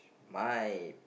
my